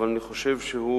אבל אני חושב שהוא